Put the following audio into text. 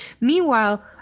Meanwhile